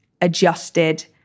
adjusted